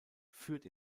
führt